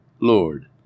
Lord